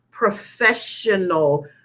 Professional